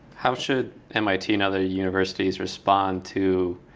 how should mit and other universities respond to